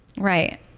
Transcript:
Right